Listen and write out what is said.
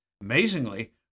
Amazingly